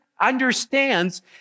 understands